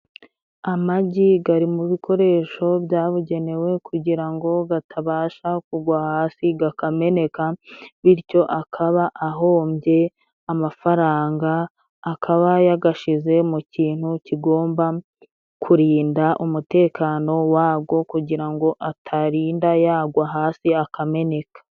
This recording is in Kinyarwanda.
Amagi gari mu bikoresho byabugenewe kugira ngo gatabasha kugwa hasi gakameneka bityo akaba ahombye amafaranga akaba yagashize mu kintu kigomba kurinda umutekano wago kugira ngo ataririnda yagwa hasi akameneka.